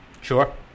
Sure